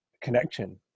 connection